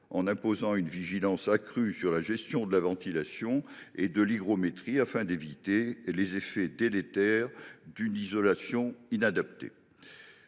en imposant une vigilance accrue sur la gestion de la ventilation et de l’hygrométrie, afin d’éviter les effets délétères d’une isolation inadaptée.